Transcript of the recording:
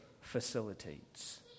facilitates